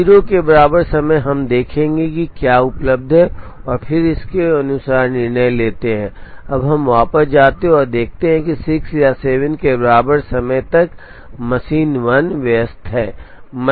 0 के बराबर समय हम देखेंगे कि क्या उपलब्ध है और फिर उसके अनुसार निर्णय लेते हैं अब हम वापस जाते हैं और देखते हैं कि 6 या 7 के बराबर समय तक मशीन 1 व्यस्त है